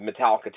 Metallica